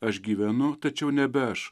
aš gyvenu tačiau nebe aš